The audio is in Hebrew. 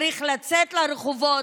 צריך לצאת לרחובות,